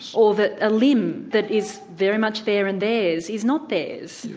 or that a limb that is very much there and theirs is not theirs.